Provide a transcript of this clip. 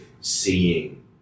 seeing